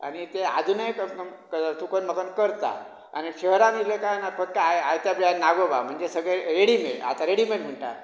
आनी ते अजूनय थंय चूकोन माकोन करता आनी शहरान येले काय ना आय् आयत्या बिळांत नागोबा म्हळ् सगळे रेडी मेळटा आतां रेडिमेड म्हणटा